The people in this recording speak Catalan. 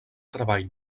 treball